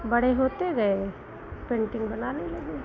बड़े होते गए पेन्टिंग बनाने लगे